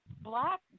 black